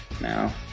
now